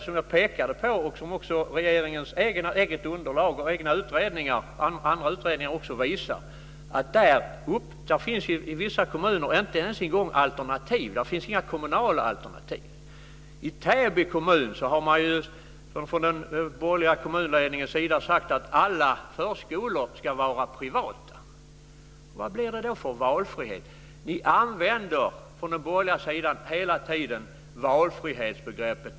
Som jag pekade på och som också regeringens eget underlag, egna utredningar och andra utredningar visar finns det i vissa kommuner inte ens en gång alternativ. Där finns inga kommunala alternativ. I Täby kommun har man ju från den borgerliga kommunledningens sida sagt att alla förskolor ska vara privata. Vad blir det då för valfrihet? Ni från den borgerliga sidan använder hela tiden valfrihetsbegreppet.